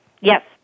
Yes